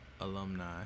alumni